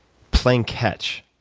playing catch.